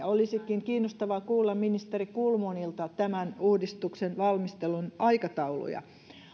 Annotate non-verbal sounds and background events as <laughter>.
<unintelligible> olisikin kiinnostavaa kuulla ministeri kulmunilta tämän uudistuksen valmistelun aikatauluja